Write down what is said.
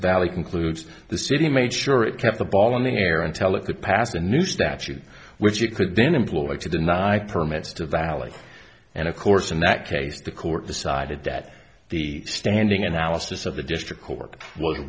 valley concludes the city made sure it kept the ball in the air and tell it to pass a new statute which you could then employ to deny permits to valley and of course in that case the court decided that the standing analysis of the district court